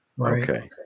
Okay